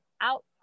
out